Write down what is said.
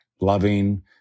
loving